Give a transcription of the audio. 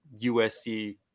USC